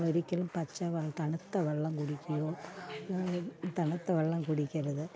നമ്മൾ ഒരിക്കലും പച്ച വെള്ളം തണുത്ത വെള്ളം കുടിക്കുകയോ തണുത്ത വെള്ളം കുടിക്കരുത്